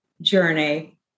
journey